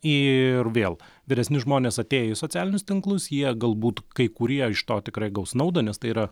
ir vėl vyresni žmonės atėjo į socialinius tinklus jie galbūt kai kurie iš to tikrai gaus naudą nes tai yra